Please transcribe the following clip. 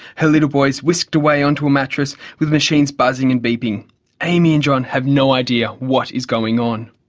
her little boy is whisked away onto a mattress with machines buzzing and beeping. amy and john have no idea what is going on.